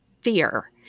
fear